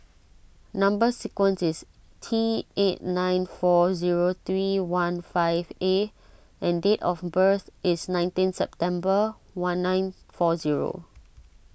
Number Sequence is T eight nine four zero three one five A and date of birth is nineteen September one nine four zero